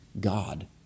God